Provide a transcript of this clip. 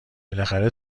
بالاخره